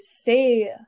say